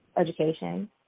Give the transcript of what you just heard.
education